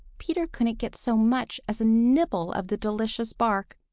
peter couldn't get so much as a nibble of the delicious bark.